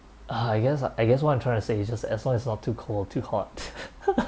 uh I guess I guess what I'm trying to say is just as long as not too cold too hot